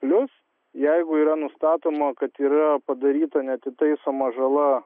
plius jeigu yra nustatoma kad yra padaryta neatitaisoma žala